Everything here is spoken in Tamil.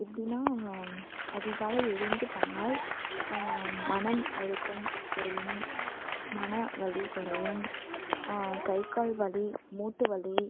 எப்படின்னா அதிகாலை எழுந்து பண்ணால் மனம் அழுத்தம் குறையும் மன வலி குறையும் கைகால் வலி மூட்டு வலி